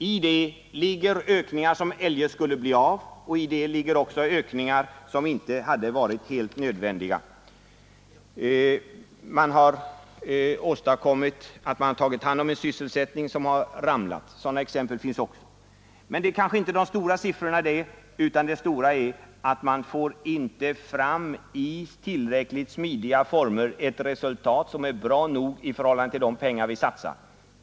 I dem ligger ökningar som eljest skulle bli av och även ökningar som inte hade varit helt nödvändiga. Det finns också exempel på att man tagit hand om en sysselsättning som ramlat. Men detta är kanske inte de viktigaste siffrorna. Nej, det viktiga är att man inte i tillräckligt smidiga former får fram ett resultat som är bra nog i förhållande till de pengar vi satsar.